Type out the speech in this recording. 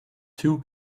two